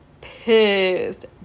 pissed